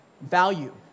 value